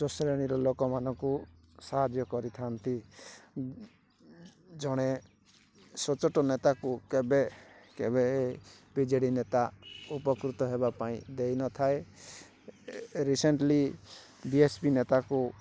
ଉଚ୍ଚ ଶ୍ରେଣୀର ଲୋକମାନଙ୍କୁ ସାହାଯ୍ୟ କରିଥାନ୍ତି ଜଣେ ସଚୋଟ ନେତାକୁ କେବେ କେବେ ବିଜେଡ଼ି ନେତା ଉପକୃତ ହେବା ପାଇଁ ଦେଇ ନଥାଏ ରିସେଣ୍ଟ୍ଲି ଡି ଏସ୍ ପି ନେତାକୁ